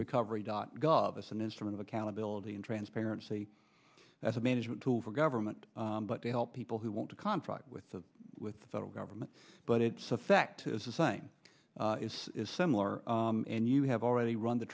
recovery dot gov as an instrument of accountability and transparency that's a management tool for government but they help people who want to contract with the with the federal government but its effect is the same it's similar and you have already run the